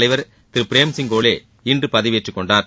தலைவர் திரு பிரேம் சிங் கோலே இன்று பதவியேற்றுக் கொண்டார்